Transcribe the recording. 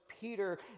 Peter